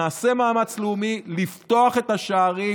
נעשה מאמץ לאומי לפתוח את השערים.